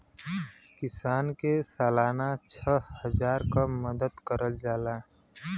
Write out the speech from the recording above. किसान के सालाना छः हजार क मदद करल जाला